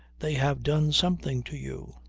they have done something to you.